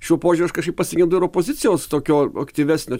šiuo požiūriu aš kažkaip pasigendu ir opozicijos tokio aktyvesnio